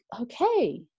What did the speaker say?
okay